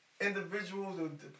individuals